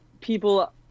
people